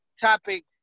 topic